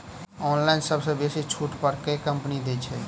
Online सबसँ बेसी छुट पर केँ कंपनी दइ छै?